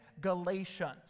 Galatians